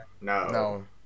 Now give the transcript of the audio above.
No